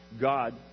God